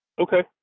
Okay